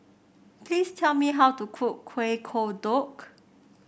please tell me how to cook Kuih Kodok